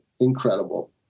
incredible